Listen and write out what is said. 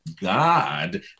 God